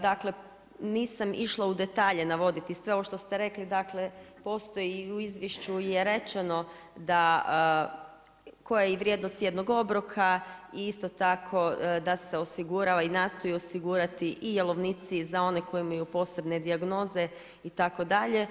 Dakle, nisam išla u detalje navoditi sve ovo što ste rekli, postoji i u izvješću je rečeno koja je vrijednost obroka i isto tako da se osigurao i nastoji osigurati i jelovnici za one koji imaju posebne dijagnoze itd.